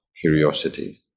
Curiosity